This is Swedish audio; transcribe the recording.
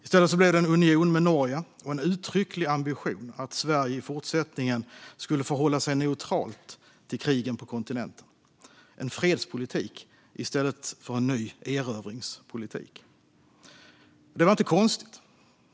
I stället blev det en union med Norge och en uttrycklig ambition att Sverige i fortsättningen skulle förhålla sig neutralt till krigen på kontinenten. Det blev en fredspolitik i stället för en ny erövringspolitik. Det var inte konstigt.